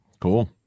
Cool